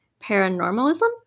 paranormalism